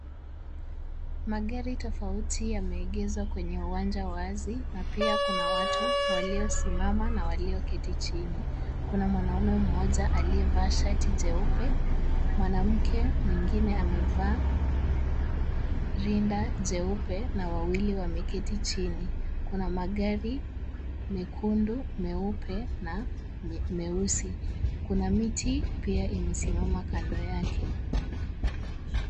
Magari tofauti yameegezwa kwenye uwanja wazi na pia kuna watu waliosimama na walioketi chini. Kuna mwanaume mmoja aliyevaa shati jeupe. Mwanamke mwingine amevaa rinda jeupe na wawili wameketi chini. Kuna magari mekundu, meupe na meusi, kuna miti pia imesimama kando yake.